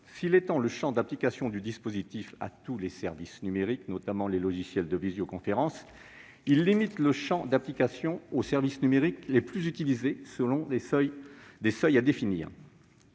étend le champ d'application du dispositif à tous les services numériques, notamment aux logiciels de visioconférence, elle limite le champ d'application aux services numériques les plus utilisés, selon des seuils à définir.